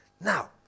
Now